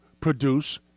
produce